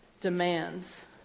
demands